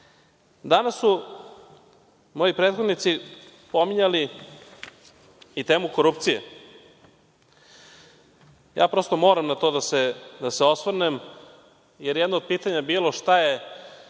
su moji prethodnici pominjali i temu korupcije. Prosto moram na to da se osvrnem, jer jedno od pitanja bilo šta je